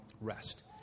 rest